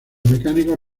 mecánicos